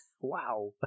Wow